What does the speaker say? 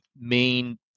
main